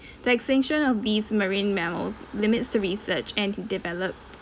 the extinction of these marine mammals limits to research and de~ develop